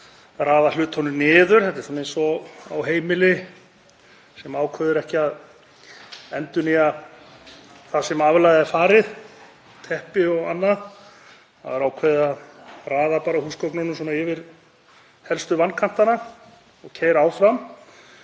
að raða hlutunum niður. Þetta er svona eins og á heimili sem ákveður ekki að endurnýja það sem aflaga er farið, teppi og annað, heldur er ákveðið að raða bara húsgögnunum yfir helstu vankantana og keyra áfram.